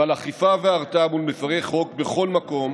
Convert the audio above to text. ועל אכיפה והרתעה מול מפירי חוק בכל מקום,